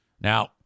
Now